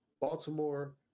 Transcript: Baltimore